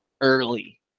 early